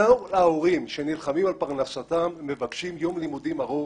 ההורים שנלחמים על פרנסתם מבקשים יום לימודים ארוך.